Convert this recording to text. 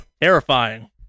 Terrifying